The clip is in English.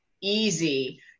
easy